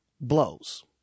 blows